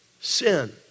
sin